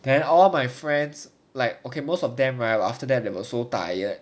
then all my friends like okay most of them right after that they were so tired